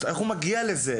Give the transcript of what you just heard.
איך הוא מגיע לזה?